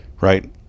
Right